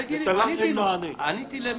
עניתי למאיר.